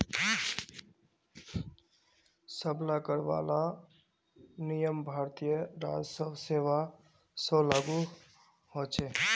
सब ला कर वाला नियम भारतीय राजस्व सेवा स्व लागू होछे